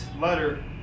letter